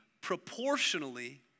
proportionally